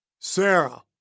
Sarah